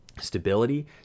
stability